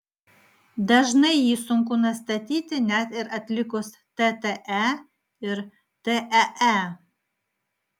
dažnai jį sunku nustatyti net ir atlikus tte ir tee